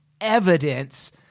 evidence